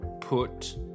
put